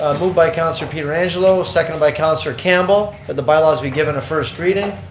moved by councillor pietrangelo, ah second by councillor campbell, that the by-laws be given a first reading.